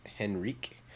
Henrique